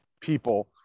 people